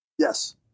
Yes